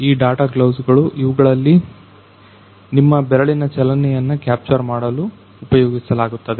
ಈ data gloves ಗಳು ಇವುಗಳನ್ನು ನಿಮ್ಮ ಬೆರಳಿನ ಚಲನೆಯನ್ನು ಕ್ಯಾಪ್ಚರ್ ಮಾಡಲು ಉಪಯೋಗಿಸಲಾಗುತ್ತದೆ